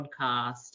podcast